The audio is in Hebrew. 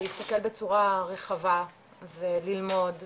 להסתכל בצורה רחבה וללמוד וזהו.